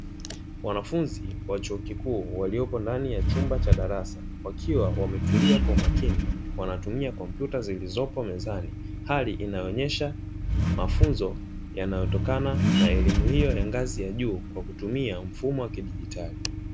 Wanafumzi wa chuo kikuu waliyopo ndani ya chumba cha darasa wakiwa wametulia kwa makini wanatumia kompyuta zilizopo mezani, hali inayoonesha mafunzo yanayotokana na elimu hiyo ya ngazi ya juu kwa kutumi mfumo wa kidigitali.